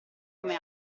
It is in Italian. come